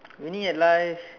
winning at life